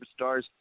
superstars